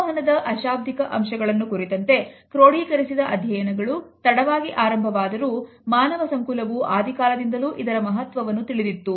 ಸಂವಹನದ ಆಶಾಬ್ದಿಕ ಅಂಶಗಳನ್ನು ಕುರಿತಂತೆ ಕ್ರೋಡೀಕರಿಸಿದ ಅಧ್ಯಯನಗಳು ತಡವಾಗಿ ಆರಂಭವಾದರೂ ಮಾನವ ಸoಕುಲವು ಆದಿಕಾಲದಿಂದಲೂ ಇದರ ಮಹತ್ವವನ್ನು ತಿಳಿದಿತ್ತು